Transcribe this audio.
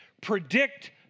predict